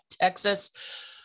Texas